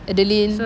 adeline